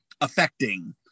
affecting